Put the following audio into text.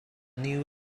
new